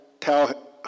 tell